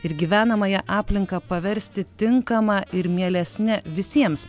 ir gyvenamąją aplinką paversti tinkama ir mielesne visiems